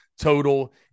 total